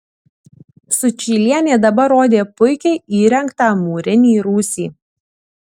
sučylienė dabar rodė puikiai įrengtą mūrinį rūsį